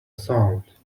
sound